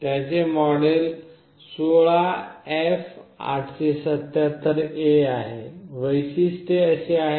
त्याचे model 16F877A आहे वैशिष्ट्य असे आहे